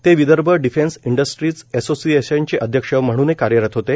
ते Vidarbha defence industries असोसिएशनचे अध्यक्ष म्हणूनही कार्यरत होते